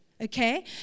okay